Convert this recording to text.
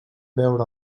beure